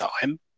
time